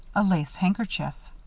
a lace handkerchief.